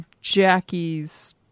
Jackie's